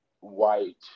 white